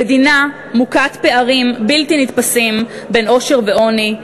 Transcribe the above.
למדינה מוכת פערים בלתי נתפסים בין עושר לעוני,